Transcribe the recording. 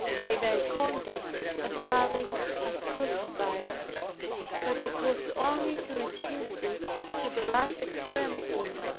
by thy conduct as loving as crucifying but it was only to reduce it to the last extremity,